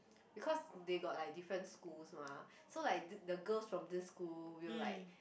because they got like different schools mah so like the the girls from this school will like